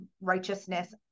righteousness